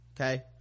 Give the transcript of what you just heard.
okay